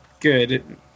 Good